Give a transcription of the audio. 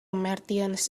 martians